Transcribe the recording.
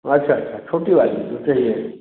अच्छा अच्छा छोटी वाली दो चाहिए